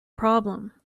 problem